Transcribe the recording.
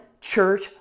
church